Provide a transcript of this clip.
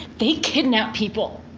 they kidnap people.